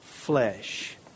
flesh